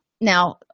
now